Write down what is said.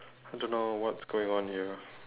I don't know what's going on here